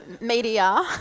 media